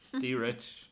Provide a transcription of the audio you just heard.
D-Rich